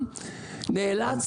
נאלץ